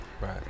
Right